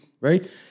right